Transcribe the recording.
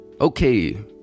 Okay